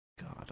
God